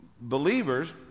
Believers